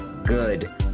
good